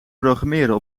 programmeren